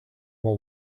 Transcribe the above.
what